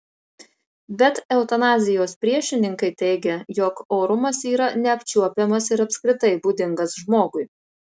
bet eutanazijos priešininkai teigia jog orumas yra neapčiuopiamas ir apskritai būdingas žmogui